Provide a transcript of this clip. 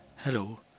Hello